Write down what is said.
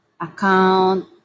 account